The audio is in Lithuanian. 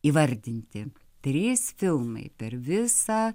įvardinti trys filmai per visą